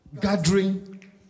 Gathering